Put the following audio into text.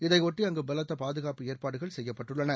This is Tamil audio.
இதையொட்டி அங்கு பலத்த பாதுகாப்பு ஏற்பாடுகள் செய்யப்பட்டுள்ளன